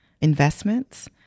investments